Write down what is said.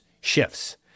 shifts